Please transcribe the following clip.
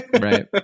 Right